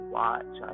watch